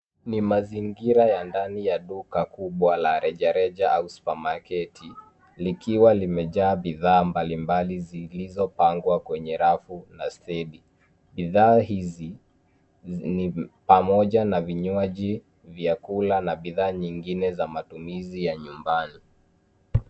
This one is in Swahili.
Ni mazingira ya ndani ya duka kubwa la rejareja au supamaketi likiwa limejaa bidhaa mbalimbali zilizopangwa kwenye rafu na stendi. Bidhaa hizi ni pamoja na vinywaji, vyakula na bidhaa nyingine za matumizi ya nyumbani.